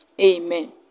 Amen